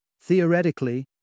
Theoretically